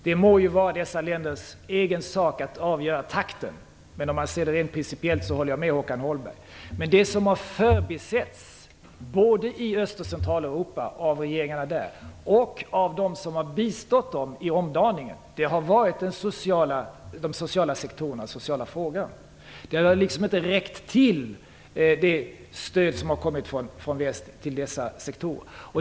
Det må vara dessa länders egen sak att avgöra takten, men om man ser det rent principiellt håller jag med Håkan Men det som har förbisetts både av regeringarna i Öst och Centraleuropa och av dem som har bistått dem i omdaningen har varit de sociala sektorerna. Det stöd som har kommit från väst har liksom inte räckt till dessa sektorer.